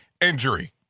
injury